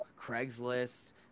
Craigslist